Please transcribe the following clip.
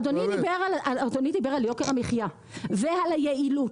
אדוני דיבר על יוקר המחייה ועל היעילות,